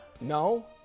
No